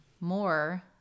more